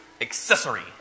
accessory